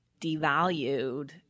devalued